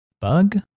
bug